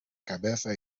cabeza